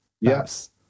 Yes